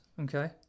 okay